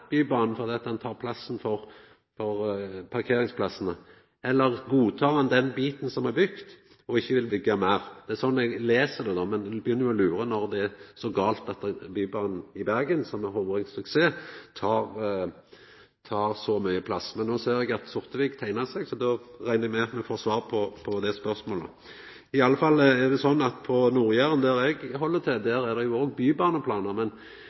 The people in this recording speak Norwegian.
Bybanen krev gategrunn, lurer eg på om det er Framstegspartiet sin politikk å riva Bybanen fordi han tek opp plass for parkeringsplassane, eller godtek ein den biten som er bygd, og vil ikkje byggja meir? Det er slik eg les det, men ein begynner å lura når det er gale at Bybanen i Bergen – som har vore ein suksess – tek opp så mykje plass. No ser eg at representanten Sortevik teiknar seg på talarlista, då reknar eg med at me får svar på det spørsmålet. På Nord-Jæren, der eg held til, er det òg bybaneplanar, men